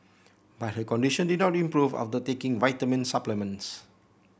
but her condition did not improve after taking vitamin supplements